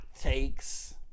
takes